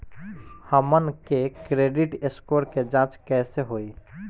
हमन के credit score के जांच कैसे होइ?